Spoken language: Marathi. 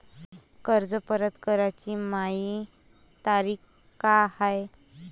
कर्ज परत कराची मायी तारीख का हाय?